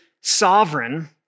sovereign